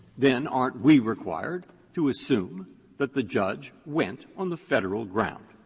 then aren't we required to assume that the judge went on the federal ground?